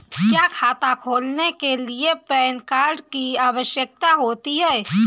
क्या खाता खोलने के लिए पैन कार्ड की आवश्यकता होती है?